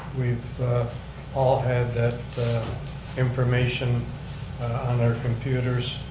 we've all had that information on our computers.